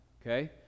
okay